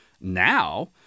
Now